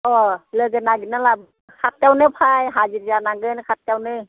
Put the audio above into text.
अह लोगो नागेरना लाब हाथथायावनो फै हाजिर जानांगोन हाथथायावनो